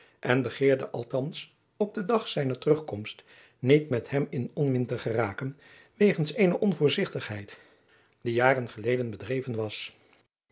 en begeerde althands op den dag zijner terugkomst niet met hem in onmin te geraken wegens eene onvoorzichtigheid die jaren geleden bedreven was